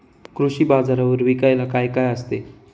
कृषी बाजारावर विकायला काय काय असते?